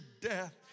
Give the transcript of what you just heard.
death